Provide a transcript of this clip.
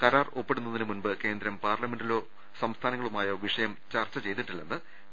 കരാർ ഒപ്പിടുന്നതിന് മുമ്പ് കേന്ദ്രം പാർല മെന്റിലോ സംസ്ഥാനങ്ങളുമായോ വിഷയം ചർച്ച ചെയ്തിട്ടില്ലെന്ന് വി